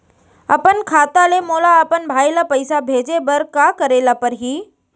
अपन खाता ले मोला अपन भाई ल पइसा भेजे बर का करे ल परही?